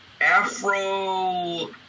Afro